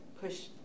push